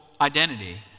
identity